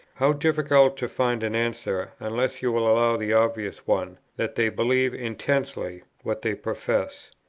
how difficult to find an answer, unless you will allow the obvious one, that they believe intensely what they profess!